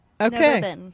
Okay